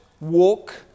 walk